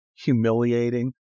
humiliating